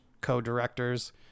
co-directors